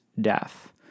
death